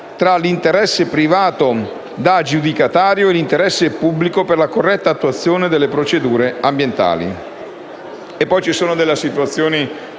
tra l'interesse privato dell'aggiudicatario e l'interesse pubblico per la corretta attuazione delle procedure ambientali. Poi ci sono delle situazioni